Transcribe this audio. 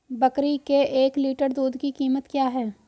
बकरी के एक लीटर दूध की कीमत क्या है?